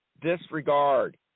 disregard